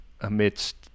amidst